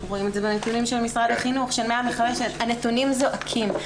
אנחנו רואים את זה בנתונים של משרד החינוך של 105. הנתונים זועקים.